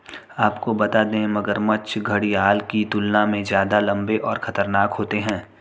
आपको बता दें, मगरमच्छ घड़ियाल की तुलना में ज्यादा लम्बे और खतरनाक होते हैं